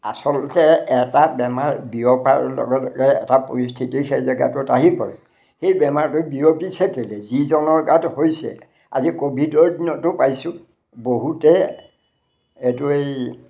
আচলতে এটা বেমাৰ বিয়পাৰ লগে লগে এটা পৰিস্থিতি সেই জেগাটোত আহি পৰে সেই বেমাৰটো বিয়পিছে কেলে যিজনৰ গাত হৈছে আজি ক'ভিডৰ দিনতো পাইছোঁ বহুতে এইটো এই